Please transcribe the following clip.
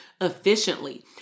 efficiently